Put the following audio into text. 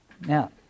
Now